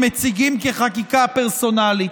מציגים כחקיקה פרסונלית.